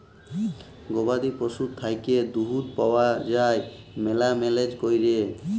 গবাদি পশুর থ্যাইকে দুহুদ পাউয়া যায় ম্যালা ম্যালেজ ক্যইরে